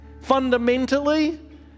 fundamentally